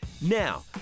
Now